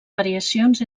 variacions